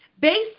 based